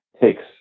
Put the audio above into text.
takes